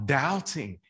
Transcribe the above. doubting